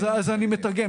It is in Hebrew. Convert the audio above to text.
אז אני מתרגם.